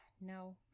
No